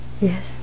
Yes